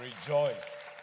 rejoice